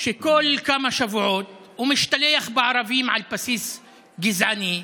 וכל כמה שבועות הוא משתלח בערבים על בסיס גזעני,